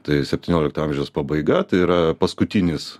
tai septyniolikto amžiaus pabaiga tai yra paskutinis